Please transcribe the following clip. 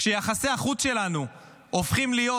כשיחסי החוץ שלנו הופכים להיות